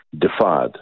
defied